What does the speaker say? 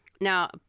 Now